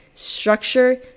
structure